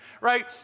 right